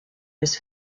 his